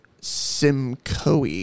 Simcoe